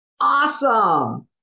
Awesome